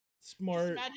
smart